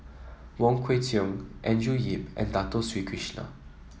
Wong Kwei Cheong Andrew Yip and Dato Sri Krishna